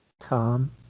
Tom